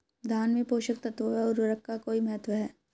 धान में पोषक तत्वों व उर्वरक का कोई महत्व है?